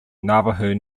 navajo